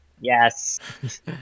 Yes